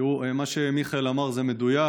תראו, מה שמיכאל אמר זה מדויק.